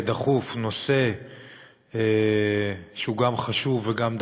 בנושא הקטל בדרכים ומספר ההרוגים הערבים